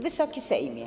Wysoki Sejmie!